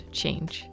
change